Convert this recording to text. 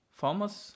farmers